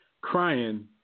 crying